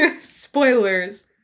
Spoilers